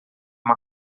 uma